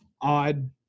odd